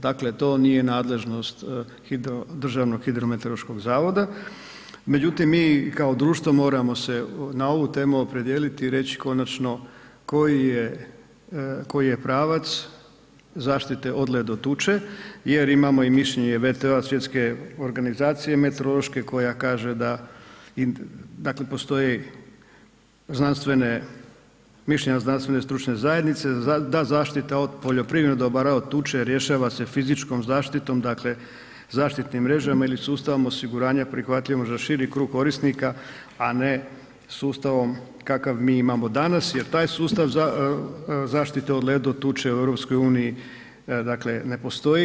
Dakle, to nije nadležnost Državnog hidrometeorološkog zavoda, međutim mi kao društvo moramo se na ovu temu opredijeliti i reći konačno koji je, koji je pravac zaštite od ledotuče jer imamo mišljenje i VTO-a svjetske organizacije meteorološke koja kaže da, dakle postoje znanstvene, mišljenja znanstvene stručne zajednice da zaštita od poljoprivrednih dobara od tuče rješava se fizičkom zaštitom, dakle zaštitnim mrežama ili sustavom osiguranja prihvatljivim za širi krug korisnika, a ne sustavom kakav mi imamo danas jer taj sustav zaštite od ledotuče u EU dakle ne postoji.